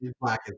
Black